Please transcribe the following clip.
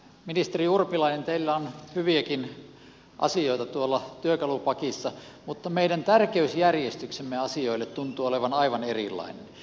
ministeri urpilainen teillä on hyviäkin asioita tuolla työkalupakissa mutta meidän tärkeysjärjestyksemme asioille tuntuu olevan aivan erilainen